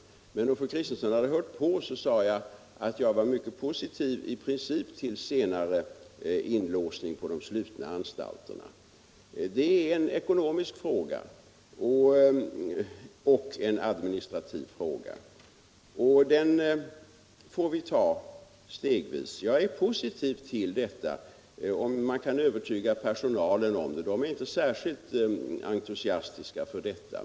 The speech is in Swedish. Om fru Kristensson hade hört på skulle hon ha noterat att jag sade att jag i princip är mycket positiv till senare inlåsning på de slutna anstalterna. Det är en ekonomisk och administrativ fråga och vi får väl gå fram stegvis. Jag är positiv till en senare inlåsning om man kan övertyga personalen om det — på det hållet är man inte särskilt entusiastisk.